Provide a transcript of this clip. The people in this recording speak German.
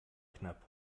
knapp